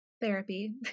Therapy